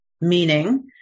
Meaning